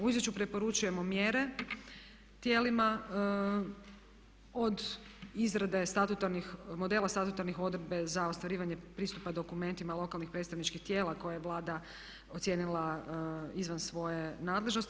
U izvješću preporučujemo mjere tijelima od izrade statutarnih, modela statutarnih odredbi za ostvarivanje pristupa dokumentima lokalnih predstavničkih tijela koje je Vlada ocijenila izvan svoje nadležnosti.